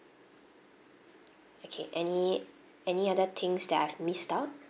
okay any any other things that I've missed out